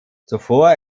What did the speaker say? zuvor